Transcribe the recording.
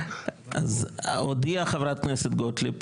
אז הודיעה חברת הכנסת גוטליב,